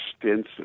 extensive